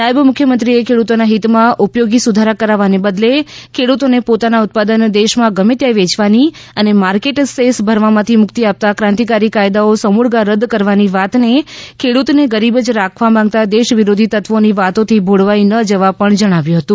નાયબ મુખ્યમંત્રીએ ખેડૂતોના હિતમાં ઉપયોગી સુધારા કરાવવાને બદલે ખેડૂતોને પોતાના ઉત્પાદન દેશમાં ગમે ત્યાં વેચવાની અને માર્કેટ સેસ ભરવામાંથી મુક્તિ આપતા ક્રાંતિકારી કાયદાઓ સમૂળગા રદ કરવાની વાત કરીને ખેડૂતને ગરીબ જ રાખવા માંગતા દેશવિરોધી તત્વોની વાતોથી ભોળવાઈ ન જવા જણાવ્યું હતું